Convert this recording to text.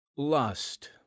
Lust